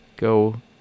Go